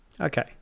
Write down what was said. Okay